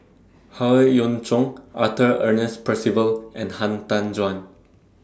Howe Yoon Chong Arthur Ernest Percival and Han Tan Juan